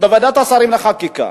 בוועדת השרים לחקיקה.